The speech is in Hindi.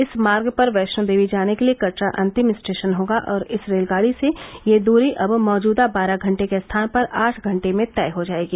इस मार्ग पर वैष्णोदेवी जाने के लिए कटरा अंतिम स्टेशन होगा और इस रेलगाड़ी से यह दूरी अब मौजूदा बारह घंटे के स्थान पर आठ घंटे में तय हो जाएगी